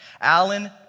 Alan